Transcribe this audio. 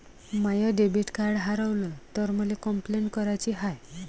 माय debit card हारवल तर मले कंपलेंट कराची हाय